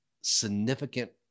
significant